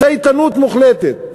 צייתנות מוחלטת.